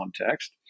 context